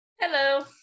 Hello